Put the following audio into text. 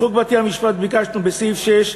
בחוק בתי-המשפט ביקשנו, בסעיף 6,